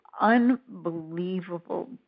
unbelievable